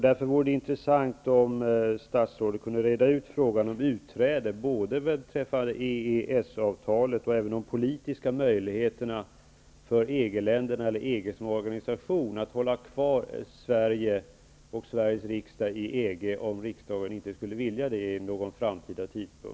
Därför vore det intressant om statsrådet kunde reda ut frågan om utträde, både beträffande EES-avtalet och beträffande de politiska möjligheterna för EG som organisation att hålla kvar Sverige och Sveriges riksdag i EG om riksdagen inte skulle vilja det i framtiden.